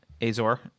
Azor